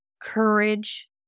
courage